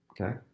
Okay